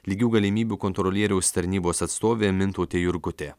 lygių galimybių kontrolieriaus tarnybos atstovė mintautė jurkutė